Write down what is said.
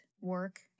work